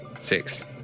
Six